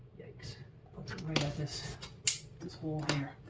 yikes. that's right at this, this hole here.